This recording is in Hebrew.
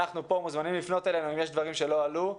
אנחנו פה ואתם מוזמנים אלינו אם יש דברים שלא עלו.